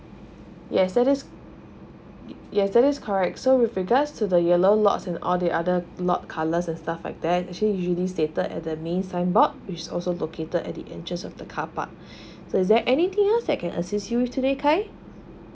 yes that is yes that is correct so with regards to the yellow lots and all the other lot's colours and stuff like that actually usually stated at that main signboard which is also located at the entrance of the car park so is there anything else I can assist you today khai